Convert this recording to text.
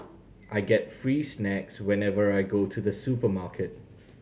I get free snacks whenever I go to the supermarket